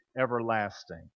everlasting